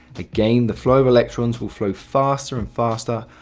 again, the flow of electrons will flow faster and faster,